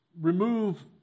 remove